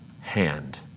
hand